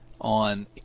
on